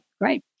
great